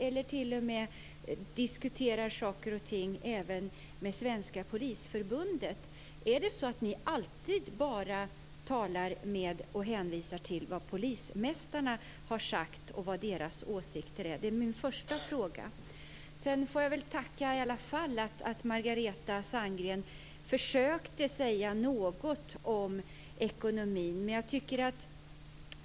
Man kan t.o.m. diskutera saker och ting med Svenska Polisförbundet. Är det bara polismästarnas åsikter som ni frågar efter, eftersom ni alltid hänvisar just till vad de har sagt? Det är min första fråga. Jag får tacka för att Margareta Sandgren ändå försökte säga något om ekonomin.